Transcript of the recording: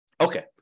Okay